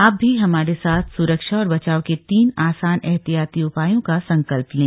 आप भी हमारे साथ सुरक्षा और बचाव के तीन आसान एहतियाती उपायों का संकल्प लें